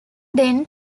then